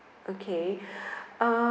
okay